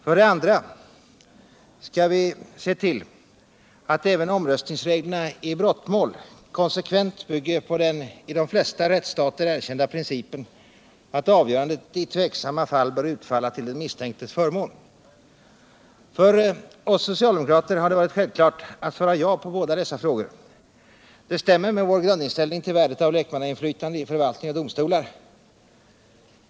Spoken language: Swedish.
För det andra: Skall vi se till att omröstningsreglerna i brottmål konsekvent bygger på den i de flesta rättsstater erkända principen att avgörandet i tveksamma fall bör utfalla till den misstänktes förmån? För oss socialdemokrater har det varit självklart att svara ja på båda dessa frågor. Det stämmer med vår grundinställning till värdet av lekmannainflytande i förvaltning och domstolar.